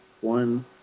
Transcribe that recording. one